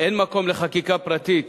אין מקום לחקיקה פרטית,